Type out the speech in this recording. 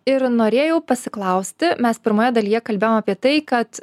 ir norėjau pasiklausti mes pirmoje dalyje kalbėjom apie tai kad